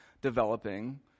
developing